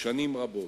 שנים רבות.